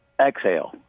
exhale